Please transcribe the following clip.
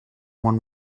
one